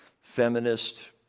feminist